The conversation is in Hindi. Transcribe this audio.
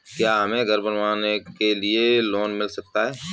क्या हमें घर बनवाने के लिए लोन मिल सकता है?